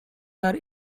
are